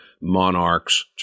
monarchs